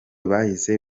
bahise